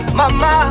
mama